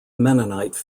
mennonite